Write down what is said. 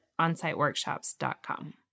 onsiteworkshops.com